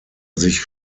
sich